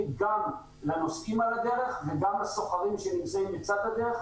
גם לנוסעים על הדרך וגם לסוחרים שנמצאים לצד הדרך.